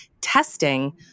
testing